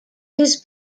his